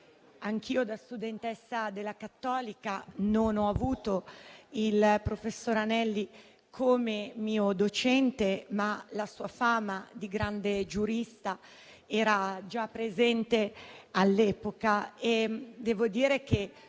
Anch'io, da studentessa della Cattolica, non ho avuto il professor Anelli come mio docente, ma la sua fama di grande giurista era già presente all'epoca e devo dire che